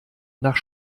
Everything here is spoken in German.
nach